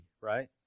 right